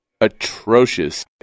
atrocious